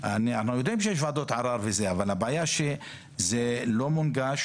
אנחנו יודעים שיש ועדות ערר אבל הבעיה שזה לא מונגש,